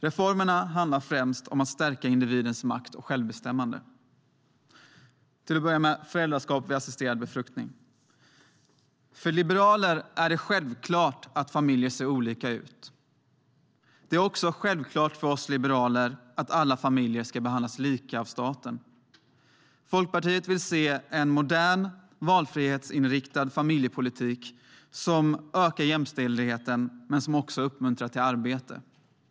Reformerna handlar främst om att stärka individens makt och självbestämmande. Jag börjar med att tala om föräldraskap vid assisterad befruktning. För liberaler är det självklart att familjer ser olika ut. Det är också självklart för oss liberaler att alla familjer ska behandlas lika av staten. Folkpartiet vill se en modern, valfrihetsinriktad familjepolitik som ökar jämställdheten men också uppmuntrar till arbete.